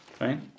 right